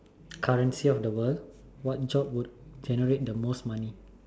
currency of the world what job would generate the most money